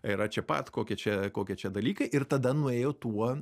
yra čia pat kokia čia kokia čia dalykai ir tada nuėjo tuo